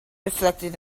reflected